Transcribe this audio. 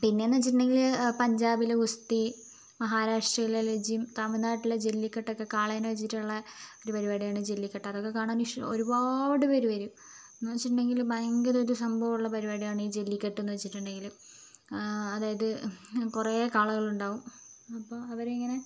പിന്നെന്ന് വെച്ചിട്ടുണ്ടെങ്കില് പഞ്ചാബിലെ ഗുസ്തി മഹാരാഷ്ട്രയിലെ ലെജിമ് തമിഴ്നാട്ടിലെ ജെല്ലിക്കെട്ടൊക്കെ കാളയെ വെച്ചിട്ടുള്ള ഒരു പരിപാടിയാണ് ജെല്ലിക്കെട്ട് അതൊക്കെ കാണാൻ ഒരുപാട് പേര് വരും എന്ന് വെച്ചിട്ടുണ്ടെങ്കില് ഭയങ്കര ഒരു സംഭവമുള്ള പരിപാടിയാണ് ഈ ജെല്ലിക്കെട്ടെന്ന് വെച്ചിട്ടുണ്ടെങ്കില് അതായത് കുറെ കാളകളുണ്ടാവും അപ്പോൾ അവരങ്ങനെ